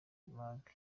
banki